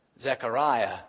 Zechariah